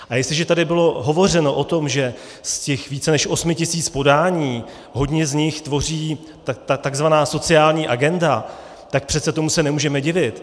A jestliže tady bylo hovořeno o tom, že z těch více než 8 tisíc podání hodně z nich tvoří tzv. sociální agenda, tak přece tomu se nemůžeme divit.